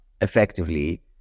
effectively